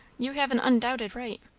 you have an undoubted right.